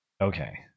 Okay